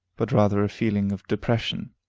but rather a feeling of depression.